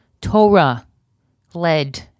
Torah-led